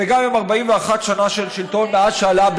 וגם עם 41 שנה של שלטון מאז שעלה,